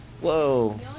Whoa